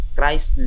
Christ